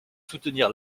soutenir